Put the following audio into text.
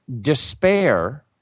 despair